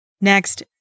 Next